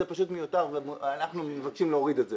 זה פשוט מיותר ואנחנו מבקשים להוריד את זה.